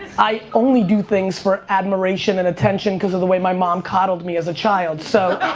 i only do things for admiration and attention cause of the way my mom coddled me as a child so